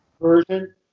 version